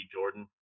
Jordan